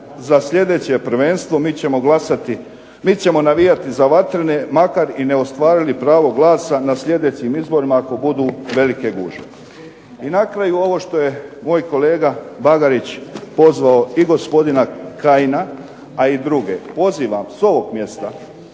za sljedeće prvenstvo, mi ćemo navijati za Vatrene makar i ne ostvarili pravo glasa na sljedećim izborima ako budu velike gužve. I na kraju ovo što je moj kolega Bagarić pozvao i gospodina Kajina, a i druge. Pozivam, s ovom mjesta,